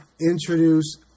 introduce